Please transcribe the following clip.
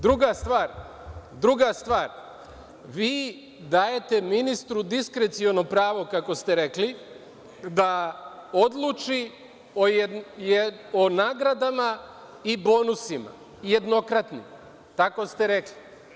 Druga stvar, vi dajete ministru diskreciono pravo, kako ste rekli, da odluči o nagradama i bonusima jednokratno, tako ste rekli.